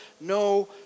no